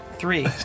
Three